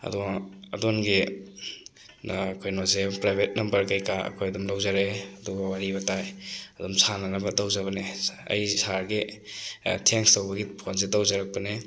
ꯑꯗꯣ ꯑꯗꯣꯝꯒꯤ ꯀꯩꯅꯣꯁꯦ ꯄ꯭ꯔꯥꯏꯕꯦꯠ ꯅꯝꯕꯔ ꯀꯩꯀꯥ ꯑꯩꯈꯣꯏ ꯑꯗꯨꯝ ꯂꯧꯖꯔꯛꯑꯦ ꯑꯗꯨꯒ ꯋꯥꯔꯤ ꯋꯥꯇꯥꯏ ꯑꯗꯨꯝ ꯁꯥꯟꯅꯅꯕ ꯇꯧꯖꯕꯅꯦ ꯑꯩ ꯁꯥꯔꯒꯤ ꯊꯦꯡꯁ ꯇꯧꯕꯒꯤ ꯐꯣꯟꯁꯦ ꯇꯧꯖꯔꯀꯄꯅꯦ